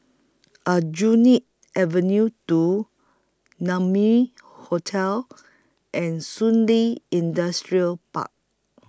Aljunied Avenue two Naumi Hotel and Shun Li Industrial Park